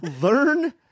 Learn